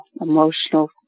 emotional